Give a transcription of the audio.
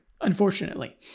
unfortunately